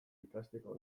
ikasteko